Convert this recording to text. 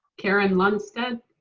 karen lunstead.